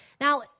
Now